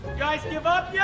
guys give up yeah